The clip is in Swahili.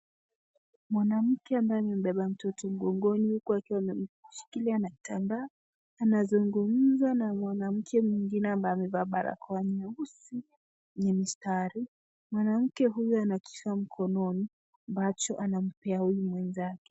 Mwanamke ambaye amebeba mtoto ngongoni huku akiwa ameshikilia na kitambaa wanazugumza na mwanamke mwingine ambaye amevaa barakoa nyeusi yenye mistari. Mwanamke huyo ana kifaa mkononi ambacho anampea huyu mwenzake.